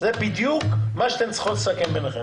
זה בדיוק מה שאתן צריכות לסכם ביניכן.